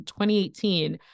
2018